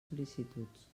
sol·licituds